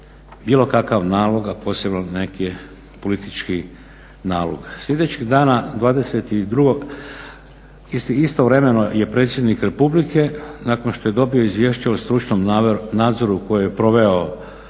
bilo kakav nalog, a posebno neki politički nalog. Sljedećeg dana 22. Istovremeno je predsjednik Republike nakon što je dobio izvješće o stručnom nadzoru koji je proveo